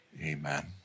amen